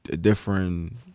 different